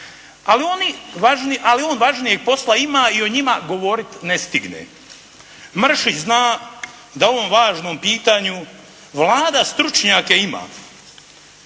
ali on važnijeg posla ima i o njima govoriti ne stigne. Mršić zna da ovom važnom pitanju Vlada stručnjake ima